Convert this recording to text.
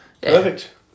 Perfect